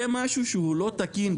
זה משהו שהוא לא תקין,